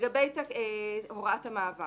לגבי הוראת המעבר